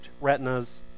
retinas